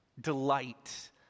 delight